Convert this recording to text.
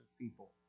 people